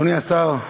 אדוני השר,